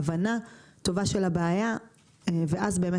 בהצגת הבעיה ובהבנה טובה של הבעיה ואז באמת